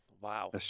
Wow